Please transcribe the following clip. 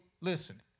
listen